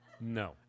No